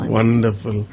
Wonderful